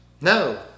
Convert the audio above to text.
No